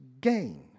gain